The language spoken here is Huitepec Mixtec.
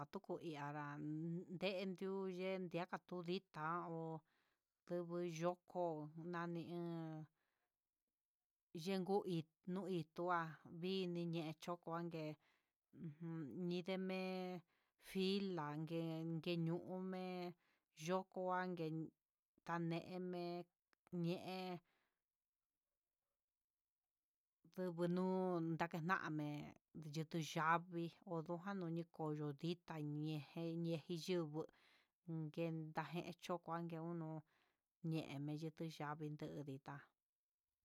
Atuku ku iaran ndétio nden tiuyen ndaka korita, nda ho yubuu yokó nien yenngu hí tu hí tuá ini ñe'e, chokongue ujun ñindeme'e finlan nguen ke ñumen yokoan ké, taneme ñe'e ndubu nu nakenamé yuku yavii ondujano yikoyoti itá ñenjen ñejiyuu ku kendaji yee choka nde uno ñen menyutu yavii nduu ditá.